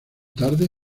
tarde